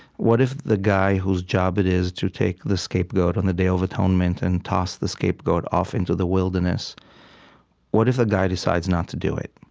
what if the guy whose job it is to take the scapegoat on the day of atonement and toss the scapegoat off into the wilderness what if the ah guy decides not to do it,